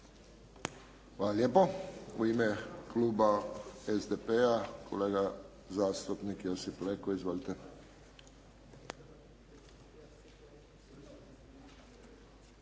Hvala lijepo. U ime Kluba SDP-a kolega zastupnik Josip Leko. Izvolite.